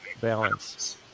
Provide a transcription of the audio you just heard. balance